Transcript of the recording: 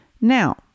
Now